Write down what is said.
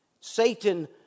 Satan